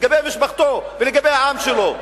לגבי משפחתו ולגבי העם שלו.